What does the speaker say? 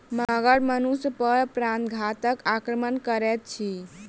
मगर मनुष पर प्राणघातक आक्रमण करैत अछि